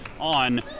on